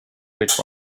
pit